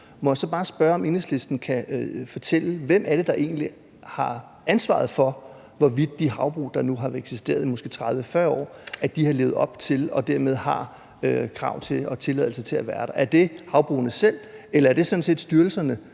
må jeg så bare spørge, om Enhedslisten kan fortælle, hvem det egentlig er, der har ansvaret for, hvorvidt de havbrug, der nu har eksisteret i måske 30-40 år, har levet op til det, og dermed har krav på og tilladelse til at være der? Er det havbrugene selv, eller er det sådan set styrelserne,